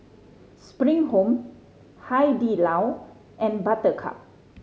Spring Home Hai Di Lao and Buttercup